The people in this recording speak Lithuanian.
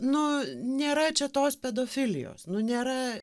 nu nėra čia tos pedofilijos nu nėra